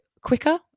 quicker